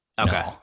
okay